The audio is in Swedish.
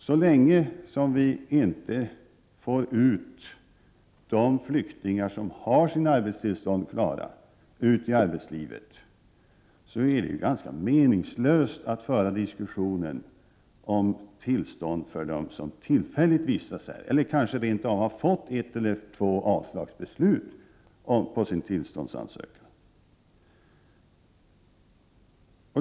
Så länge vi inte kan få ut de flyktingar som har sina arbetstillstånd klara i arbetslivet är det ganska meningslöst att föra en diskussion om tillstånd för dem som tillfälligt vistas här eller som rent av har fått ett eller ett par avslagsbeslut på sin tillståndsansökan.